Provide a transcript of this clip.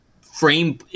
frame